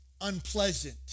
unpleasant